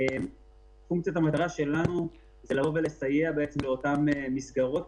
המטרה שלנו היא לבוא ולסייע לאותן מסגרות,